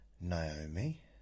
Naomi